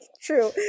True